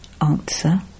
Answer